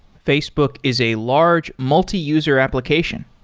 facebook is a large multiuser application.